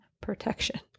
protection